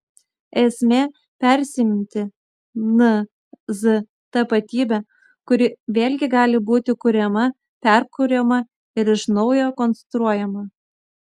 esmė persiimti nz tapatybe kuri vėlgi gali būti kuriama perkuriama ir iš naujo konstruojama